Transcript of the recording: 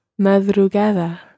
Madrugada